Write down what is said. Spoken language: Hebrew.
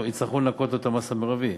יצטרכו לנכות לו את המס המרבי.